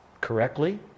correctly